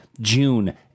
June